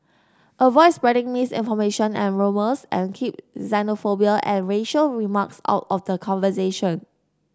avoid spreading misinformation and rumours and keep xenophobia and racial remarks out of the conversation